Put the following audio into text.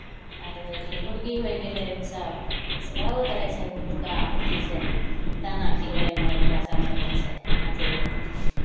आरो होइ गेलै मुरगी होइ गेलै ओसभ बहुत रहै छै ओ मुरगा मुरगी से दाना खिलबैमे ओकरा सभसँ रहै छै अथि होल